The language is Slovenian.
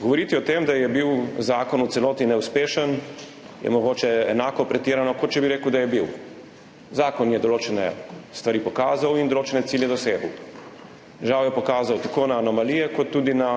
Govoriti o tem, da je bil zakon v celoti neuspešen, je mogoče enako pretirano, kot če bi rekel, da je bil. Zakon je določene stvari pokazal in določene cilje dosegel. Žal je pokazal tako na anomalije kot tudi na